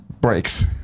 breaks